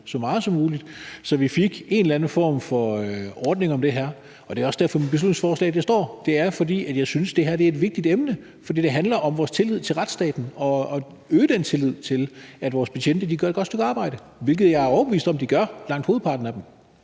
så meget som muligt, så vi fik en eller anden form for ordning om det her. Det er også derfor, beslutningsforslaget er fremsat. Det er, fordi jeg synes, det her er et vigtigt emne, for det handler om vores tillid til retsstaten og om at øge tilliden til, at vores betjente gør et godt stykke arbejde, hvilket jeg er overbevist om at langt hovedparten af dem